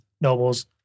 nobles